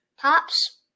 Pops